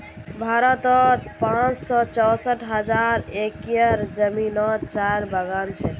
भारतोत पाँच सौ चौंसठ हज़ार हेक्टयर ज़मीनोत चायेर बगान छे